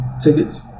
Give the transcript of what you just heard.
tickets